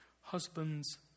Husbands